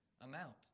amount